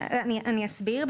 אני אסביר.